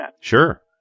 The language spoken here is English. Sure